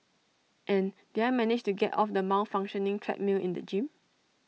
and did I manage to get off the malfunctioning treadmill in the gym